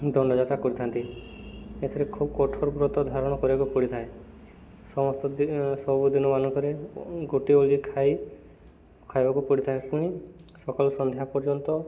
ଦଣ୍ଡଯାତ୍ରା କରିଥାନ୍ତି ଏଥିରେ ଖୁବ୍ କଠୋର ବ୍ରତ ଧାରଣ କରିବାକୁ ପଡ଼ିଥାଏ ସମସ୍ତ ସବୁଦିନ ମାନଙ୍କରେ ଗୋଟିଏ ଓଳି ଖାଇ ଖାଇବାକୁ ପଡ଼ିଥାଏ ପୁଣି ସକାଳୁ ସନ୍ଧ୍ୟା ପର୍ଯ୍ୟନ୍ତ